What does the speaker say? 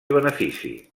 benefici